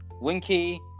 Winky